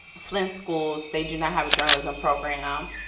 flint schools, they do not have a journalism program.